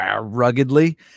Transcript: ruggedly